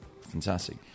fantastic